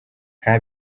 nta